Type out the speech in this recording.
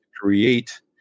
create